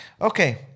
Okay